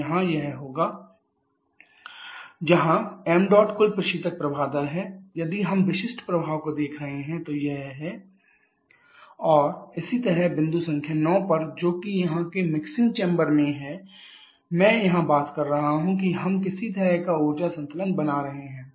तो यहाँ यह होगा QE1 xmh1 h2 जहां ṁ कुल प्रशीतक प्रवाह दर है यदि हम विशिष्ट प्रभाव को देख रहे हैं तो यह है qE1 xh1 h8 और इसी तरह बिंदु संख्या 9 पर जो कि यहां के मिक्सिंग चैंबर में है मैं यहां बात कर रहा हूं कि हम किसी तरह का ऊर्जा संतुलन बना रहे हैं